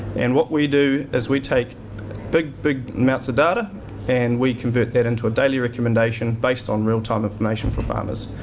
and what we do is we take big, big amounts of data and we convert that into a daily recommendation based on real-time information for farmers.